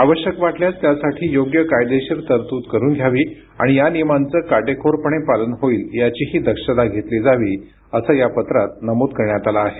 आवश्यक असल्यास त्यासाठी योग्य कायदेशीर तरतूद करून घ्यावी आणि या नियमांचे काटेकोरपणे पालन होईल याचीही दक्षता घेतली जावी असे पत्रात नमूद करण्यात आले आहे